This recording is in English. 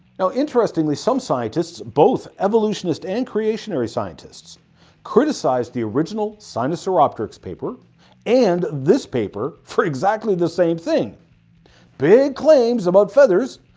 you know interestingly, some scientists both evolutionist and creationary scientists criticized the original sinosauropteryx paper and this paper for exactly the same thing big claims about feathers,